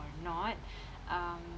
not um